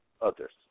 others